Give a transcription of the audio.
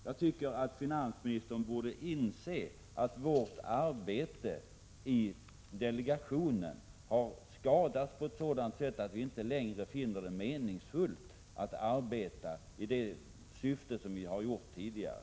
Jag tycker att finansministern borde inse att vårt arbete i spardelegationen har skadats på ett sådant sätt att vi inte längre finner det meningsfullt att arbeta med det syfte som vi gjort tidigare.